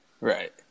right